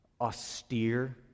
austere